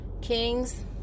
Kings